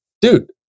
Dude